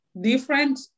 different